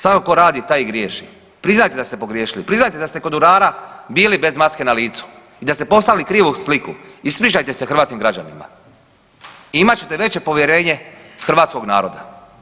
Samo tko radi taj i griješi, priznajte da ste pogriješili, priznajte da ste kod urara bili bez maske na licu i da ste poslali krivu sliku, ispričajte se hrvatskim građanima i imat ćete veće povjerenje hrvatskog naroda.